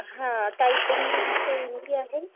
हा टाइपिंग बि मूंखे ईंदी आहे